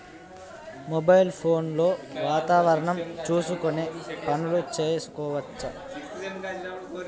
Mobile phone లో వాతావరణం చూసుకొని పనులు చేసుకోవచ్చా?